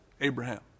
Abraham